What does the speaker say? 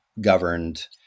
governed